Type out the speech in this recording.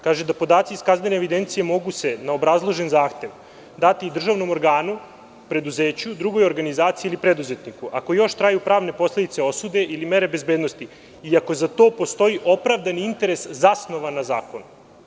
Kaže da podaci iz kaznene evidencije mogu se na obrazložen zahtev dati državnom organu, preduzeću, drugoj organizaciji ili preduzetniku ako joštraju pravne posledice osude ili mere bezbednosti i ako za to postoji opravdani interes zasnovan na zakonu.